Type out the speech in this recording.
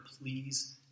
please